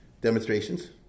demonstrations